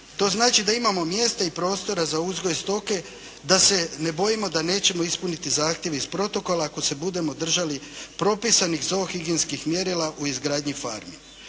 To znači da imamo mjesta i prostora za uzgoj stoke da se ne bojimo da nećemo ispuniti zahtjev iz protokola ako se budemo držali propisanih … higijenskih mjerila u izgradnji farme.